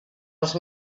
els